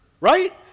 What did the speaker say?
right